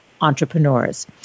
entrepreneurs